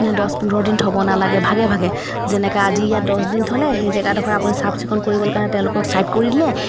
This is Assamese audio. দহ পোন্ধৰ দিন থ'ব নালাগে ভাগে ভাগে যেনেকৈ আজি ইয়াত দছ দিন থ'লে সেই জেগাডখৰ আপুনি চাফ চিকুণ কৰিবলৈ কাৰণে তেওঁলোকক ছাইড কৰি দিলে